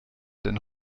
denn